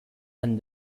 and